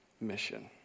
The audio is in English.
mission